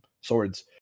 swords